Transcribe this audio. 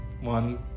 one